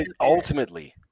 ultimately